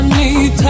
need